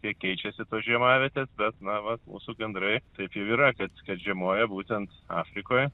jie keičiasi tos žiemavietės bet na vat mūsų gandrai taip jau yra kad kad žiemoja būtent afrikoje